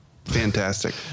Fantastic